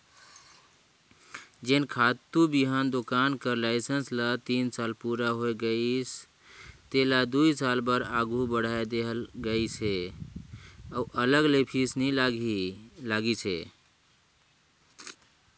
जेन खातूए बीहन दोकान कर लाइसेंस ल तीन साल पूरा होए गइस तेला दुई साल बर आघु बढ़ाए देहल गइस अहे अउ अलग ले फीस नी लेहिस अहे